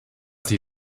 sie